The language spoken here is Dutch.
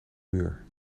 muur